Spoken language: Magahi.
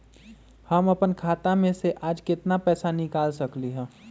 हम अपन खाता में से आज केतना पैसा निकाल सकलि ह?